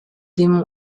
démon